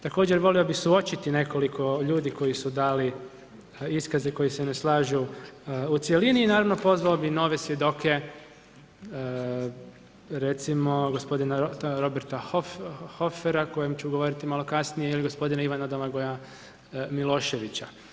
Također, volio bih suočiti nekoliko ljudi koji su dali iskaze koji se ne slažu u cjelini i naravno, pozvao bih nove svjedoke, recimo gospodina Roberta Hofera o kojem ću govoriti malo kasnije ili gospodina Ivana Domagoja Miloševića.